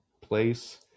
place